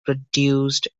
produced